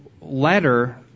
letter